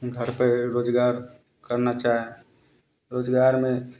घर पर रोजगार करना चाहा रोजगार में